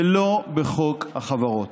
ולא בחוק החברות.